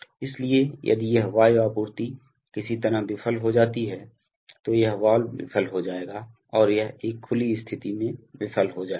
इसलिए यदि यह वायु आपूर्ति किसी तरह विफल हो जाती है तो यह वाल्व विफल हो जाएगा और यह एक खुली स्थिति में विफल हो जाएगा